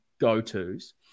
go-tos